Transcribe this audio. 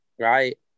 right